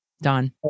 done